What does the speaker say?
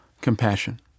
Compassion